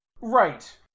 Right